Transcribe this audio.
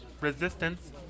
Resistance